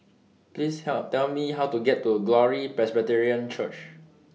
Please Tell Me How to get to Glory Presbyterian Church